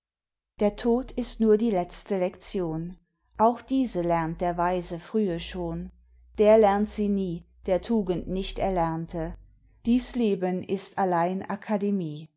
der tod ist nur die letzte lektion auch diese lernt der weise frühe schon der lernt sie nie der tugend nicht erlernte dies leben ist allein